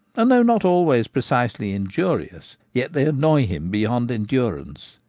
and though not always precisely injurious, yet they annoy him beyond endurance.